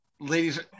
ladies